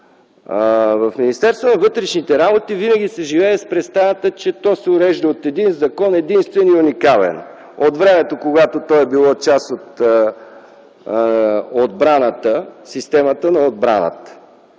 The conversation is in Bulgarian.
В Министерство на вътрешните работи винаги се живее с представата, че то се урежда от един закон – единствен и уникален от времето, когато то е било част от системата на отбраната.